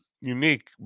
unique